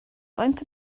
faint